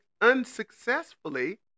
unsuccessfully